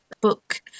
book